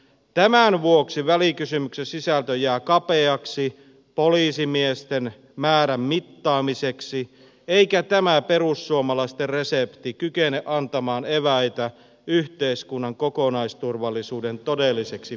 tämän vuoksi välikysymyksen sisältö jää kapeaksi poliisimiesten määrän mittaamiseksi eikä tämä perussuomalaisten resepti kykene antamaan eväitä yhteiskunnan kokonaisturvallisuuden todelliseksi parantamiseksi